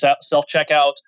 self-checkout